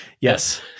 Yes